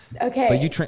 okay